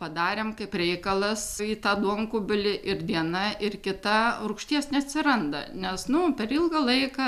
padarėm kaip reikalas į tą duonkubilį ir diena ir kita rūgšties neatsiranda nes nu per ilgą laiką